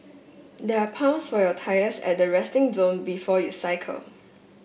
there are pumps for your tyres at the resting zone before you cycle